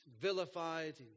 vilified